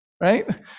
right